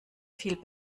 viel